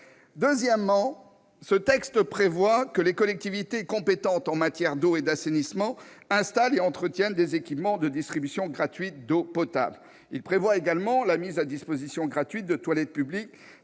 Deuxièmement, ce texte prévoit que les collectivités compétentes en matière d'eau et d'assainissement installent et entretiennent des équipements de distribution gratuite d'eau potable. Il prévoit également la mise à disposition gratuite de toilettes publiques